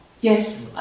Yes